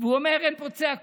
והוא אומר: אין פה צעקות.